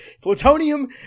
Plutonium